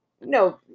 no